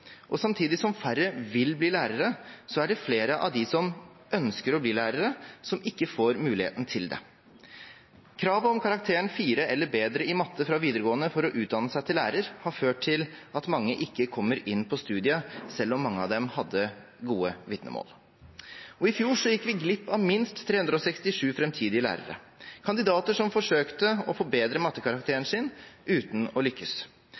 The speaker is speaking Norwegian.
og samtidig som færre vil bli lærere, er det flere av dem som ønsker å bli lærere, som ikke får muligheten til det. Kravet om karakteren 4 eller bedre i matematikk fra videregående for å kunne utdanne seg til lærer har ført til at mange ikke kommer inn på studiet, selv om mange av dem har gode vitnemål. I fjor gikk vi glipp av minst 367 framtidige lærere – kandidater som forsøkte å forbedre matematikkarakteren sin, uten å lykkes.